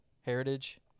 Heritage –